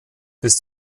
bis